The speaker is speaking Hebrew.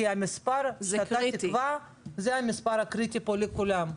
כי המספר שאתה תקבע זה המספר הקריטי פה לכולם.